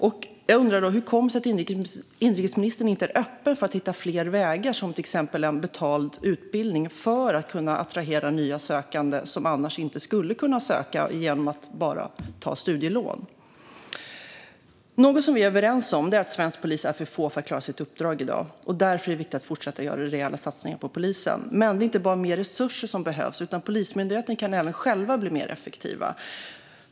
Därför undrar jag hur det kommer sig att inrikesministern inte är öppen för att hitta fler vägar, till exempel en betald utbildning, för att kunna attrahera sökande som inte skulle kunna söka genom att bara ta studielån. Något som vi är överens om är att de svenska poliserna är för få för att klara sitt uppdrag i dag. Därför är det viktigt att fortsätta att göra rejäla satsningar på polisen. Det behövs dock inte bara mer resurser, utan Polismyndigheten kan även själv bli mer effektiv.